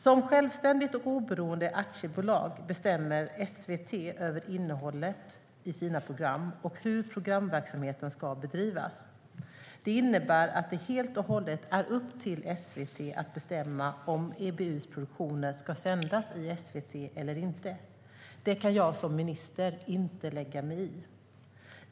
Som självständigt och oberoende aktiebolag bestämmer SVT över innehållet i sina program och hur programverksamheten ska bedrivas. Det innebär att det helt och hållet är upp till SVT att bestämma om EBU:s produktioner ska sändas i SVT eller inte. Det kan jag som minister inte lägga mig i.